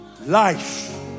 life